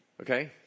Okay